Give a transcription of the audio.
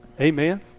Amen